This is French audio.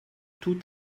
tout